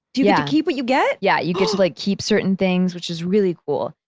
do you yeah keep what you get? yeah. you get to like keep certain things, which is really cool.